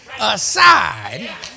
aside